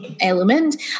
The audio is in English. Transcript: element